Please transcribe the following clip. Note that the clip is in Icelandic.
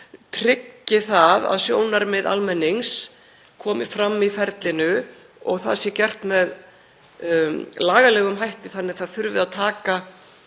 tryggi að sjónarmið almennings komi fram í ferlinu og það sé gert með lagalegum hætti þannig að taka þurfi tillit